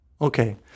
Okay